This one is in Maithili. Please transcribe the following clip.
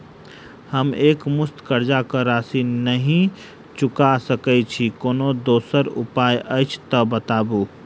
हम एकमुस्त कर्जा कऽ राशि नहि चुका सकय छी, कोनो दोसर उपाय अछि तऽ बताबु?